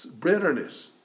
bitterness